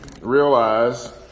realize